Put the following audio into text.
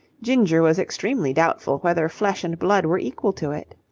ginger was extremely doubtful whether flesh and blood were equal to it.